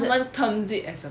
no one terms it as a